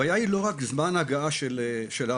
הבעיה היא לא רק זמן ההגעה של אמבולנס,